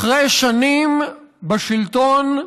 אחרי שנים בשלטון,